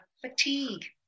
fatigue